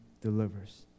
delivers